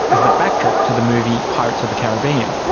as the backdrop to the movie pirates of the caribbean.